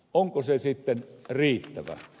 onko se sitten riittävä